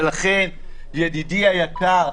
ולכן ידידי היקר,